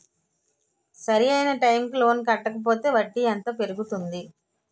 సరి అయినా టైం కి లోన్ కట్టకపోతే వడ్డీ ఎంత పెరుగుతుంది?